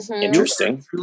Interesting